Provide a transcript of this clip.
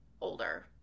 older